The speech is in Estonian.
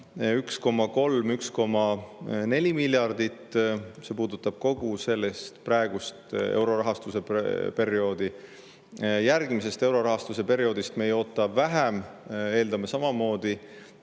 1,3–1,4 miljardit. See puudutab kogu praegust eurorahastuse perioodi. Järgmisest eurorahastuse perioodist me ei oota vähem, eeldame sama.